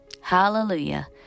Hallelujah